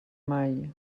mai